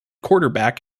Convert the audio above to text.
quarterback